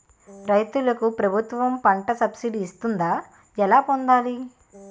రైతులకు ప్రభుత్వం పంట సబ్సిడీ ఇస్తుందా? ఎలా పొందాలి?